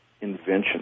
invention